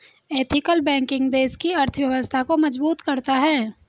ethical banking देश की अर्थव्यवस्था को मजबूत करता है